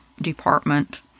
Department